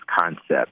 concept